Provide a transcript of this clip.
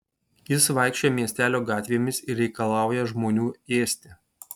jis vaikščioja miestelio gatvėmis ir reikalauja žmonių ėsti